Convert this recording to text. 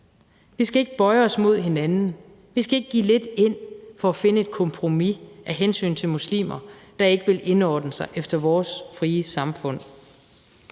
Vi skal ikke bøje os mod hinanden. Vi skal ikke give lidt efter for at finde et kompromis af hensyn til muslimer, der ikke vil indordne sig efter vores frie samfund.